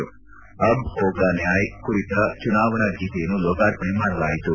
ಅಬ್ ಹೋಗ ನ್ಯಾಯ್ ಕುರಿತ ಚುನಾವಣಾ ಗೀತೆಯನ್ನು ಲೋಕಾರ್ಪಣೆ ಮಾಡಲಾಯಿತು